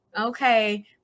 Okay